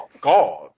God